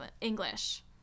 English